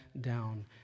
down